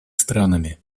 странами